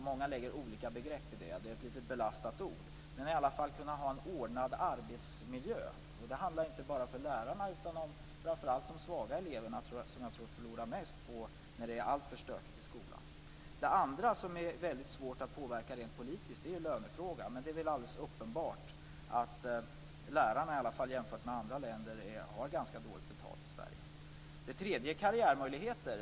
Många lägger olika begrepp i det. Det är ett litet belastat ord. Men man måste i alla fall kunna ha en ordnad arbetsmiljö. Det handlar inte bara om att ha det för lärarna. Jag tror att det är de svaga eleverna som förlorar mest på att det är alltför stökigt i skolan. Det andra, som är väldigt svårt att påverka rent politiskt, är lönefrågan. Men det är väl alldeles uppenbart att lärarna, i varje fall jämfört med andra länder, har ganska dåligt betalt i Sverige. Det tredje är karriärmöjligheter.